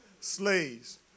slaves